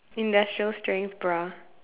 industrial strength bra